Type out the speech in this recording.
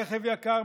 רכב יקר,